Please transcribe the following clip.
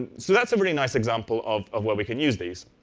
so that's a really nice example of of where we can use these.